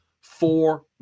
four